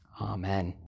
Amen